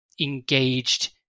engaged